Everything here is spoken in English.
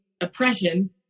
oppression